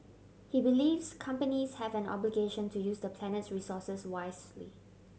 he believes companies have an obligation to use the planet's resources wisely